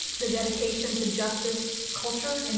the dedication to justice, culture, and